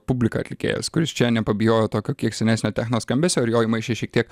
publiką atlikėjas kuris čia nepabijojo tokio kiek senesnę techno skambesio ir jo įmaišė šiek tiek